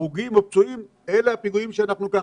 הרוגים או פצועים.